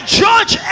judge